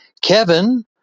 Kevin